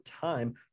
time